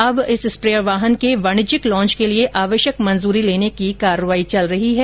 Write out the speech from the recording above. अब इस स्प्रेयर वाहन के वाणिज्यिक लॉच के लिए आवश्यक मंजूरी लेने की कार्रवाई चल रही है